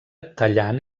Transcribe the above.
tallant